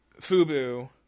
FUBU